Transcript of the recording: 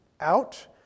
out